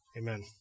Amen